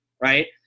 right